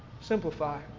Simplify